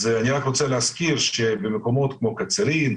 אז אני רק רוצה להזכיר שבמקומות כמו קצרין,